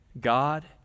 God